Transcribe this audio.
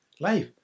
life